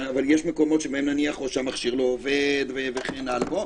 אבל יש מקומות שבהם המכשיר לא עובד וכן הלאה.